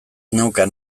neukan